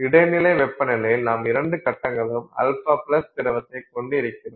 இடைநிலை வெப்பநிலையில் நாம் இரண்டு கட்டங்களும் α திரவத்தைக் கொண்டிருக்கிறோம்